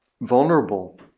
vulnerable